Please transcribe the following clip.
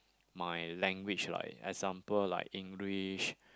my language like example like English